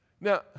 Now